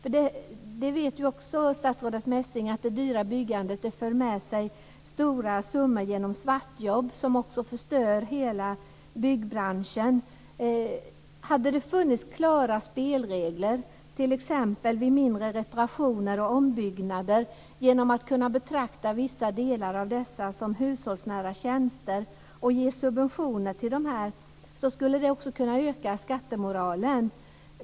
Statsrådet Messing vet också att det dyra byggandet för med sig att stora summor läggs på svartjobb, som förstör hela byggbranschen. Om det hade funnits klara spelregler för t.ex. mindre reparationer och ombyggnader, så att man kunde betrakta vissa delar som hushållsnära tjänster och ge subventioner, skulle det också kunna öka skattemoralen.